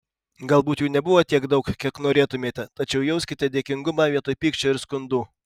galbūt jų nebuvo tiek daug kiek norėtumėte tačiau jauskite dėkingumą vietoj pykčio ir skundų